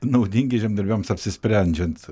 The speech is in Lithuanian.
naudingi žemdirbiams apsisprendžiant